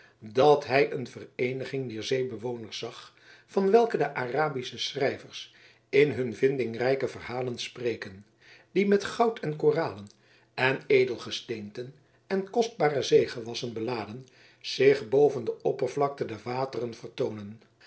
dat hij een vereeniging dier zeebewoners zag van welke de arabische schrijvers in hun vindingrijke verhalen spreken die met goud en koralen en edelgesteenten en kostbare zeegewassen beladen zich boven de oppervlakte der wateren vertoonen